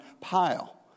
pile